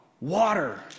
water